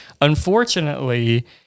Unfortunately